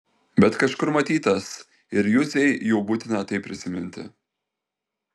bet kažkur matytas ir juzei jau būtina tai prisiminti